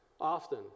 often